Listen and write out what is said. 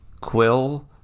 Quill